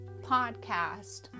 podcast